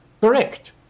Correct